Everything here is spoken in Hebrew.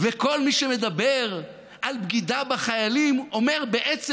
וכל מי שמדבר על בגידה בחיילים אומר בעצם